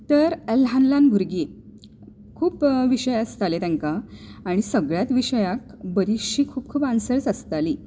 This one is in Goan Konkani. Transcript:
तर हे ल्हान ल्हान भुरगीं खूब विशय आसताले तांकां आनी सगळ्यांत विशयाक बरीशीं खूब खूब आनसर्स आसतालीं